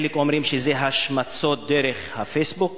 חלק אומרים שזה השמצות דרך ה"פייסבוק",